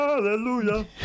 Hallelujah